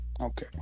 okay